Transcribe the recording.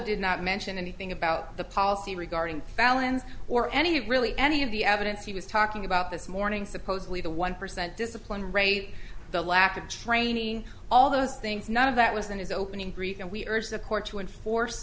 did not mention anything about the policy regarding felons or any really any of the evidence he was talking about this morning supposedly the one percent discipline rate the lack of training all those things none of that was in his opening brief and we urge the court to enforce